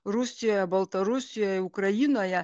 rusijoje baltarusijoje ukrainoje